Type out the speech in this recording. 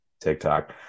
TikTok